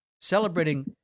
celebrating